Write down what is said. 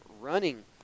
running